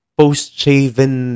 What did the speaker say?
post-shaven